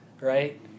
right